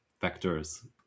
vectors